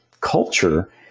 culture